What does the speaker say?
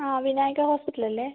ആ വിനായക ഹോസ്പിറ്റലല്ലേ